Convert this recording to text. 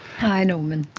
hi norman.